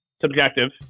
subjective